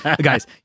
guys